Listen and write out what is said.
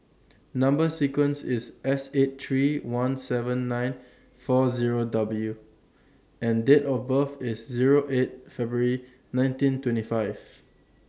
Number sequence IS S eight three one seven nine four Zero W and Date of birth IS Zero eight February nineteen twenty five